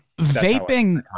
vaping